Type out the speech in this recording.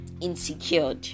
insecure